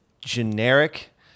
generic